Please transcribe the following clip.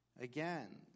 Again